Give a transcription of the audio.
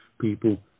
people